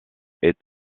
est